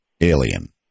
alien